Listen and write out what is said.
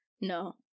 No